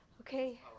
Okay